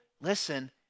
listen